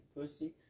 pussy